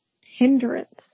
hindrance